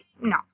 No